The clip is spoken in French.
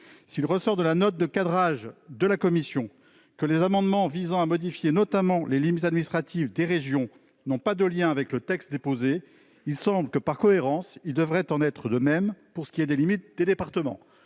s'il ressort de la note de cadrage de la commission que les amendements visant à modifier notamment les limites administratives des régions n'ont pas de lien avec le texte déposé, il semble que, par cohérence, il devrait en être de même pour ceux qui tendent à permettre